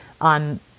on